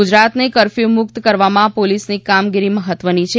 ગુજરાતને કરફ્યુ મુક્ત કરવામાં પોલીસની કામગીરી મહત્વની છે